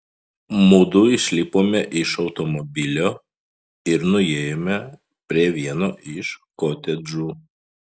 mudu išlipome iš automobilio ir nuėjome prie vieno iš kotedžų